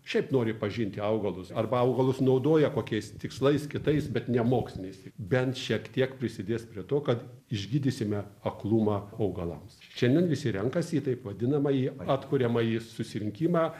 šiaip nori pažinti augalus arba augalus naudoja kokiais tikslais kitais bet ne moksliniais tai bent šiek tiek prisidės prie to kad išgydysime aklumą augalams šiandien visi renkasi į taip vadinamąjį atkuriamąjį susirinkimą